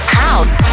house